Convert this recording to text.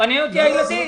מעניין אותי הילדים.